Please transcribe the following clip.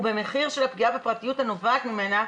ובמחיר של הפגיעה בפרטיות הנובעת ממנה,